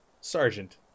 Sergeant